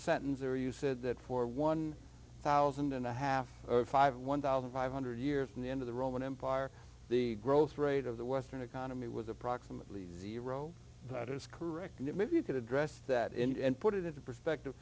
a sentence there you said that for one thousand and a half or five one thousand five hundred years from the end of the roman empire the growth rate of the western economy was approximately zero that is correct and if you could address that and put it into perspective